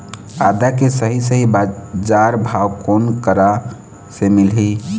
आदा के सही सही बजार भाव कोन करा से मिलही?